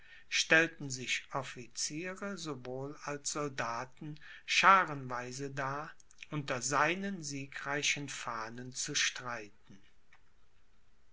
stellten sich officiere sowohl als soldaten schaarenweise dar unter seinen siegreichen fahnen zu streiten